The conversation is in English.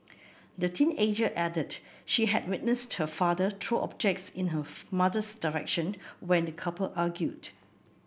the teenager added she had witnessed her father throw objects in her mother's direction when the couple argued